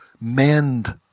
mend